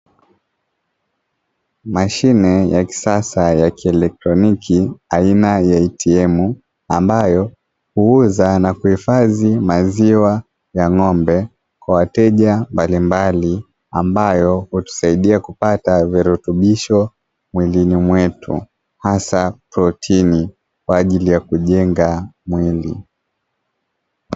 Mashine ya kisasa ya kielektroniki aina ya 'ATM' ambayo huuza na kuhifadhi maziwa ya ng'ombe kwa wateja mbalimbali, ambayo utusaidia kupata virutubisho mwilini mwetu hasa protini kwa ajili ya kujenga mwili.